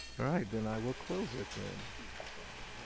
right, then i will close it then.